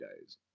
Days